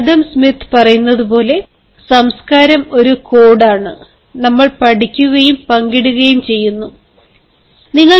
Adam Smith പറയുന്നതുപോലെ "സംസ്കാരം ഒരു കോഡാണ് നമ്മൾ പഠിക്കുകയും പങ്കിടുകയും ചെയ്യുന്നു"